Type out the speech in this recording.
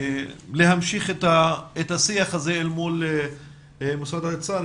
להמשיך את השיח הזה אל מול משרד האוצר,